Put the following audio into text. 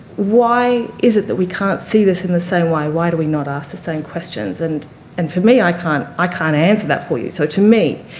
why is it that we can't see this in the same way? why do we not ask the same questions? and and for me, i can't i can't answer that for you. so to me,